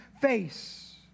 face